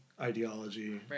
ideology